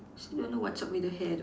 don't know what's up with the hair though